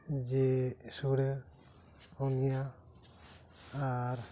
ᱡᱤᱞ ᱥᱩᱲᱟᱹ ᱯᱩᱱᱭᱟᱹ ᱟᱨ